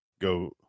go